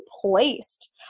placed